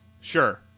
Sure